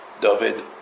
David